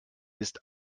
ist